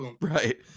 Right